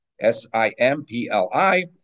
S-I-M-P-L-I